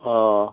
ꯑꯥ